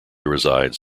resides